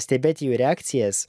stebėti jų reakcijas